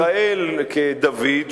ישראל כדוד,